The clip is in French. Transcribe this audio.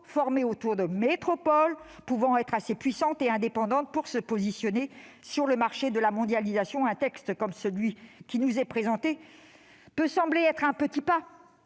formées autour de métropoles assez puissantes et indépendantes pour se positionner sur le marché de la mondialisation. Le texte qui nous est présenté peut sembler n'être qu'un petit pas